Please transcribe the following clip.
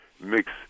mix